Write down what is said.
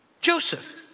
Joseph